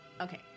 Okay